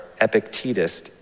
Epictetus